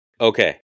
Okay